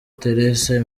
theresa